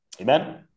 Amen